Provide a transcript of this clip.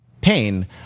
pain